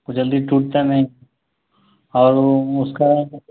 जल्दी टूटता नहीं और उसका